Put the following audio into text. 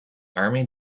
army